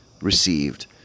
received